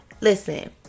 listen